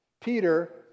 Peter